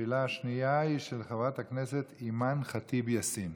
השאלה השנייה היא של חברת הכנסת אימאן ח'טיב יאסין.